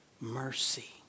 Mercy